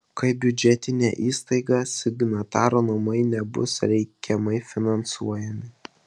kaip biudžetinė įstaiga signatarų namai nebus reikiamai finansuojami